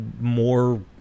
more